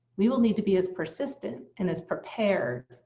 we will need to be as persistent, and as prepared,